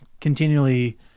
continually